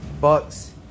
Bucks